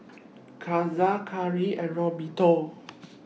Caesar Garey and Roberto